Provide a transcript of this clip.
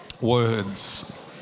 Words